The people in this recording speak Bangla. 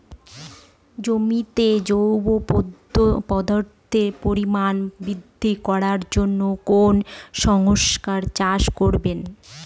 জমিতে জৈব পদার্থের পরিমাণ বৃদ্ধি করার জন্য কোন শস্যের চাষ করবো?